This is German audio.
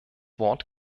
wort